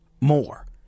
more